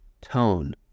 tone